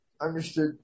understood